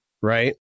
right